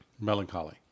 melancholy